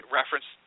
reference